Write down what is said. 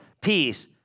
Peace